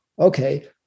Okay